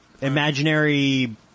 Imaginary